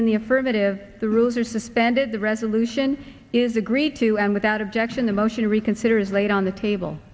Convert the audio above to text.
in the affirmative the rules are suspended the resolution is agreed to and without objection the motion to reconsider is laid on the table